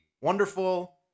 wonderful